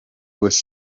was